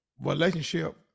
relationship